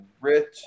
rich